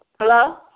hello